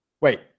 wait